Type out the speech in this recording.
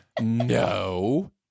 No